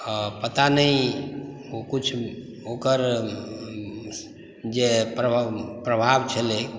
पता नहि ओ किछु हुनकर जे प्रभाव छलै